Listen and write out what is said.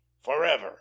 forever